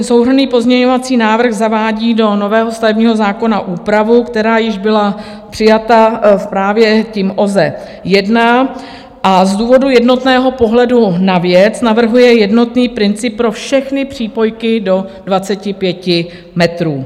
Souhrnný pozměňovací návrh zavádí do nového stavebního zákona úpravu, která již byla přijata právě tím OZE 1, a z důvodu jednotného pohledu na věc navrhuje jednotný princip pro všechny přípojky do 25 metrů.